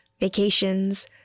vacations